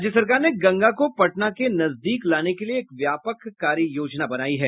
राज्य सरकार ने गंगा को पटना के नजदीक लाने के लिए एक व्यापक कार्य योजना बनाई है